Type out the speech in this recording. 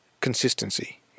consistency